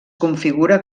configura